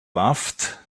loved